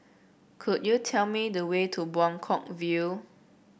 could you tell me the way to Buangkok View